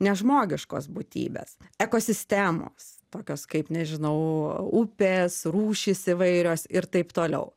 nežmogiškos būtybės ekosistemos tokios kaip nežinau upės rūšys įvairios ir taip toliau